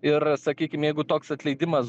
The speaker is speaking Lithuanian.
ir sakykim jeigu toks atleidimas